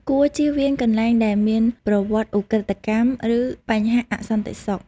គួរ ជៀសវាងកន្លែងដែលមានប្រវត្តិឧក្រិដ្ឋកម្ម ឬ បញ្ហាអសន្តិសុខ។